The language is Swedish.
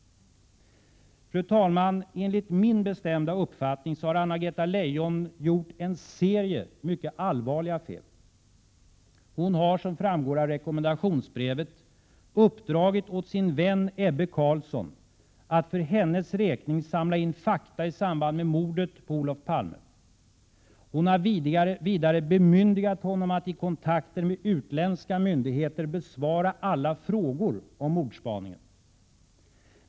Fru talman! Enligt min bestämda uppfattning har Anna-Greta Leijon gjort en serie mycket allvarliga fel. Hon har — som framgår av rekommendationsbrevet — uppdragit åt sin vän Ebbe Carlsson att för hennes räkning samla in fakta i samband med mordet på Olof Palme. Hon har vidare bemyndigat honom att i kontakter med utländska myndigheter besvara alla frågor om mordspaningen.